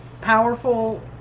powerful